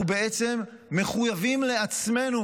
אנחנו בעצם מחויבים לעצמנו